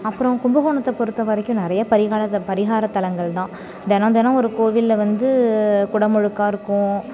அப்புறம் கும்பகோணத்த பொறுத்த வரைக்கும் நிறைய பரிகாலத்த பரிகாரத்தலங்கள் தான் தினோம் தினோம் ஒரு கோவிலில் வந்து குடமுழக்காக இருக்கும்